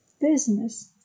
business